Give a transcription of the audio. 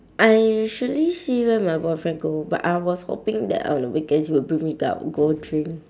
I usually see where my boyfriend go but I was hoping that on the weekends he will bring me go out go drink